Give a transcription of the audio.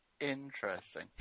Interesting